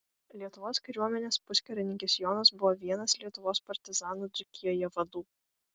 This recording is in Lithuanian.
lietuvos kariuomenės puskarininkis jonas buvo vienas lietuvos partizanų dzūkijoje vadų